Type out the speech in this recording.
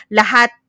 lahat